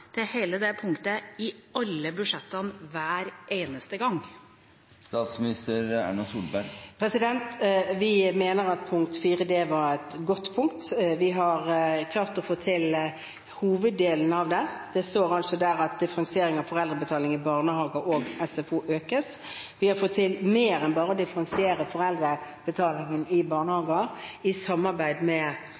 til hele det punktet i alle budsjettene, hver eneste gang? Vi mener at punkt 4 d var et godt punkt. Vi har klart å få til hoveddelen av det. Det står altså der at «differensieringen av foreldrebetaling i barnehager og SFO økes.» Vi har fått til mer enn bare å differensiere foreldrebetalingen i barnehager, i samarbeid med